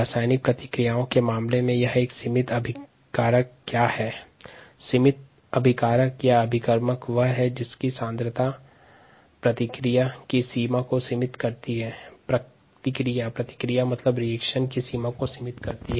रासायनिक क्रिया के मामले में सिमित क्रियाकारक वह है जिसकी सांद्रता क्रिया को सीमित करती है